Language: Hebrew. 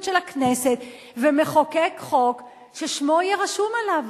של הכנסת ומחוקק חוק ששמו יהיה רשום עליו.